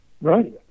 Right